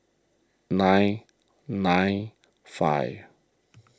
nine nine five